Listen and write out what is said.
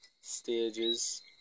stages